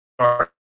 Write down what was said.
start